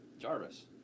Jarvis